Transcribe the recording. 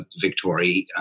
Victoria